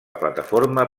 plataforma